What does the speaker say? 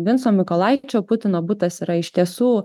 vinco mykolaičio putino butas yra iš tiesų